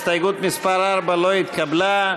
הסתייגות מס' 4 לא התקבלה.